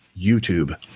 YouTube